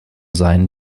sein